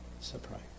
surprise